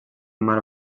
mar